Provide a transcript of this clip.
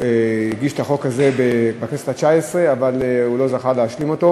שהגיש את החוק הזה בכנסת התשע-עשרה אבל לא זכה להשלים אותו,